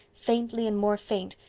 faintly and more faint,